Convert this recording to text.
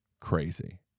Crazy